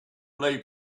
leave